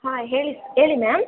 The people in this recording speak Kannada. ಹಾಂ ಹೇಳಿ ಹೇಳಿ ಮ್ಯಾಮ್